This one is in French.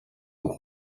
aux